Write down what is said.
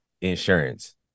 insurance